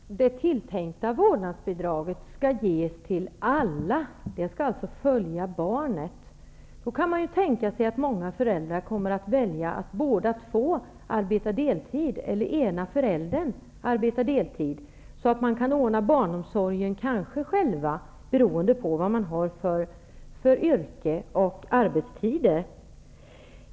Herr talman! Det tilltänkta vårdnadsbidraget skall ges till alla . Det skall alltså följa barnet. Man kan då tänka sig att många föräldrar kommer att välja att båda två arbeta deltid, eller att ena föräldern arbetar deltid, så att man kanske kan ordna barnomsorgen själv, beroende på vad man har för yrke och arbetstider.